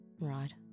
right